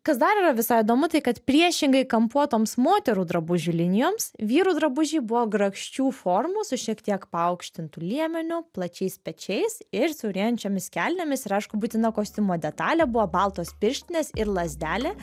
kas dar yra visai įdomu tai kad priešingai kampuotoms moterų drabužių linijoms vyrų drabužiai buvo grakščių formų su šiek tiek paaukštintu liemeniu plačiais pečiais ir siaurėjančiomis kelnėmis ir aišku būtina kostiumo detalė buvo baltos pirštinės ir lazdelė